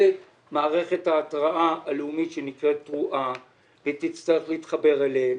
מערכת ההתרעה הלאומית שנקראת תרועה ותצטרך להתחבר אליהם.